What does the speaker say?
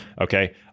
Okay